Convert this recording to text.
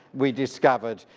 we discovered.